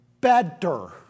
better